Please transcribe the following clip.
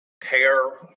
pair